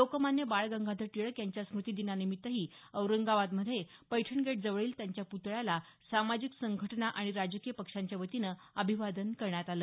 लोकमान्य बाळगंगाधर टिळक यांच्या स्मृतीदिनानिमित्त औरंगाबादमध्ये पैठण गेट जवळील त्यांच्या पुतळ्याला सामाजिक संघटना आणि राजकीय पक्षांच्यावतीनं अभिवादन करण्यात आलं